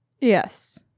Yes